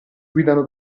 guidano